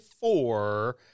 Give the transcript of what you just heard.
four